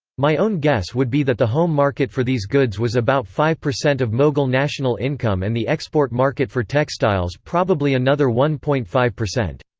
my own guess would be that the home market for these goods was about five percent of moghul national income and the export market for textiles probably another one point five percent.